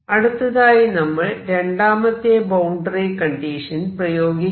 അടുത്തതായി നമ്മൾ രണ്ടാമത്തെ ബൌണ്ടറി കണ്ടീഷൻ പ്രയോഗിക്കാം